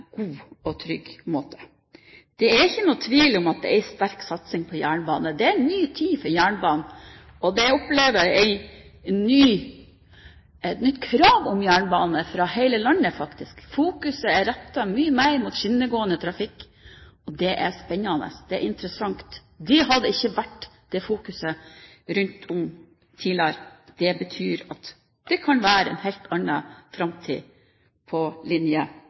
sterk satsing på jernbane – det er en ny tid for jernbanen. Man opplever et nytt krav om jernbane, fra hele landet faktisk, fokuset er rettet mye mer mot skinnegående trafikk. Det er spennende, det er interessant – og det har ikke vært et slikt fokus rundt om tidligere. Det betyr at det kan være en helt annen framtid for linje